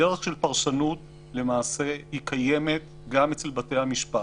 בדרך של פרשנות היא קיימת גם אצל בתי-המשפט,